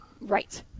Right